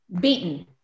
beaten